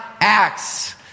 acts